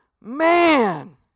man